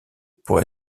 pour